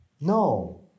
No